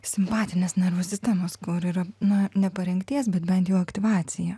simpatinės nervų sistemos kur yra na ne parengties bet bent jau aktyvacija